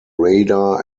radar